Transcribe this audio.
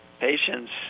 patients